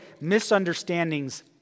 misunderstandings